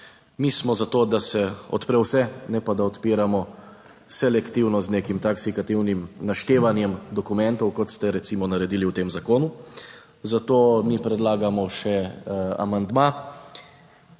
Mi smo za to, da se odpre vse, ne pa da odpiramo selektivno z nekim taksikativnim naštevanjem dokumentov, kot ste recimo naredili v tem zakonu, zato mi predlagamo še amandma,